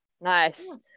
Nice